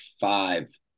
five